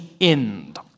end